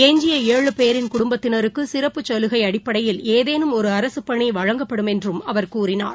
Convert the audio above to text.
எஞ்சிய பேரின் குடும்பத்தினருக்குசிறப்பு சலுகைஅடிப்படையில் ஏதேவும் ஏழு ஒரு அரசுப்பணிவழங்கப்படும் என்றுஅவர் கூறினார்